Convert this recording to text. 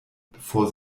bevor